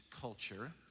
culture